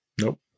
Nope